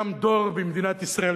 קם דור במדינת ישראל,